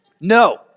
No